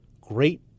Great